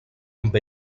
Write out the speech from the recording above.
amb